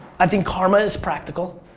i think karma is practical.